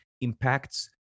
impacts